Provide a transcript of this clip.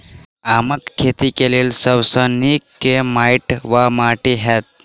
आमक खेती केँ लेल सब सऽ नीक केँ माटि वा माटि हेतै?